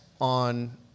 on